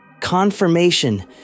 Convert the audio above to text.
Confirmation